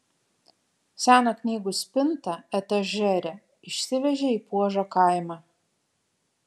seną knygų spintą etažerę išsivežė į puožo kaimą